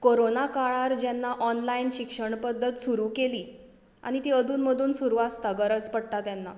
corona काळांत जेन्ना online शिक्षण पद्दत सुरू केली आनी ती अदून मदून सुरू आसता गरज पडटा तेन्ना